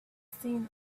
seen